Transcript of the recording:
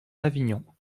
avignon